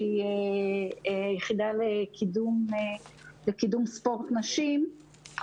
שהיא יחידה לקידום ספורט נשים,